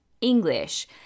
English